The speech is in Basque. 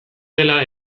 dela